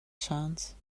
chance